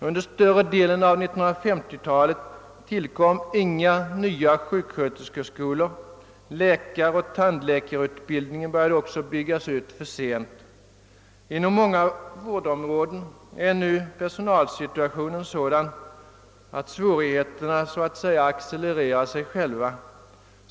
Under större delen av 1950-talet tillkom inga nya sjuksköterskeskolor, läkaroch tandläkarutbildningen började också byggas ut för sent. Inom många vårdområden är nu personalsituationen sådan att svårigheterna så att säga accelererar sig själva.